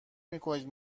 میکنید